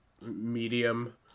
medium